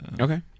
Okay